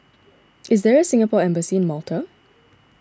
is there a Singapore Embassy in Malta